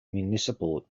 municipal